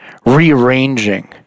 rearranging